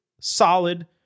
solid